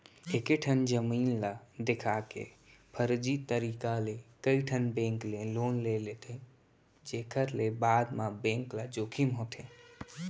एकेठन जमीन ल देखा के फरजी तरीका ले कइठन बेंक ले लोन ले लेथे जेखर ले बाद म बेंक ल जोखिम होथे